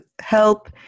help